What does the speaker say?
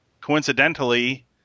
coincidentally